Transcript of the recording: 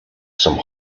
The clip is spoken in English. some